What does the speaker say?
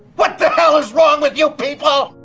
what the hell is wrong with you people?